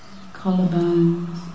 collarbones